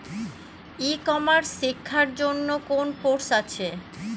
E commerce শেক্ষার জন্য কোন কোর্স আছে?